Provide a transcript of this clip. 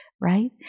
right